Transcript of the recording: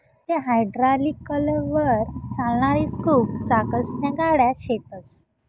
आते हायड्रालिकलवर चालणारी स्कूप चाकसन्या गाड्या शेतस